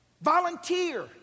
Volunteer